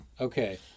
Okay